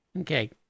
Okay